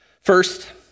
First